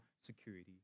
security